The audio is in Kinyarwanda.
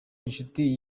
inshuti